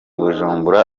bujumbura